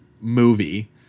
movie